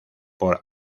por